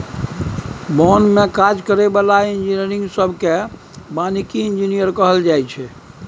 बन में काज करै बला इंजीनियरिंग सब केँ बानिकी इंजीनियर कहल जाइ छै